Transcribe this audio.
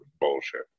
bullshit